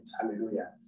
hallelujah